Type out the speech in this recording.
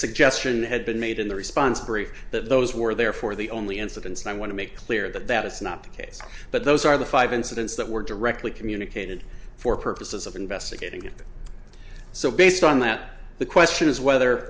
suggestion had been made in the response brief that those were therefore the only incidents i want to make clear that that is not the case but those are the five incidents that were directly communicated for purposes of investigating it so based on that the question is whether